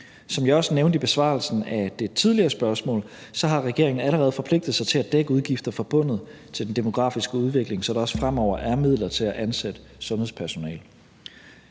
Som jeg også nævnte i besvarelsen af det tidligere spørgsmål, har regeringen allerede forpligtet sig til at dække udgifter forbundet med den demografiske udvikling, så der også fremover er midler til at ansætte sundhedspersonale.